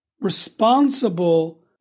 responsible